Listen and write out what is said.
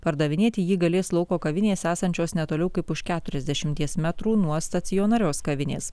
pardavinėti jį galės lauko kavinės esančios netoli kaip už keturiasdešimties metrų nuo stacionarios kavinės